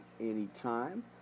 anytime